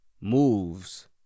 moves